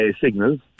signals